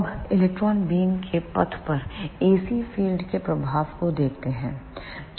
अब electron beam के पथ परAC फ़ील्ड के प्रभाव को देखते हैं